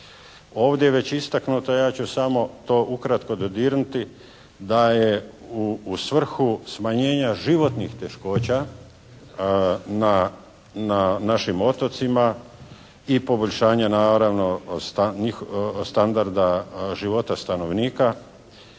Ovdje je već istaknuto, ja ću samo to ukratko dodirnuti da je u svrhu smanjenja životnih teškoća na našim otocima i poboljšanja naravno standarda života stanovnika